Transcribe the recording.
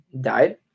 died